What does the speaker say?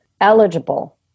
eligible